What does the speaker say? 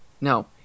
No